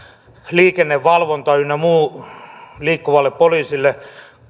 liikennevalvonta ynnä muut liikkuvalle poliisille